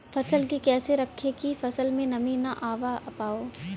फसल के कैसे रखे की फसल में नमी ना आवा पाव?